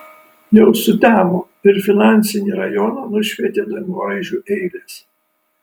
jau sutemo ir finansinį rajoną nušvietė dangoraižių eilės